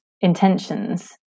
intentions